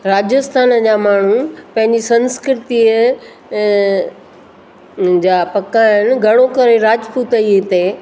राजस्थान जा माण्हू पंहिंजी संस्कृतिअ जा पका आहिनि घणो करे राजपुत ई हिते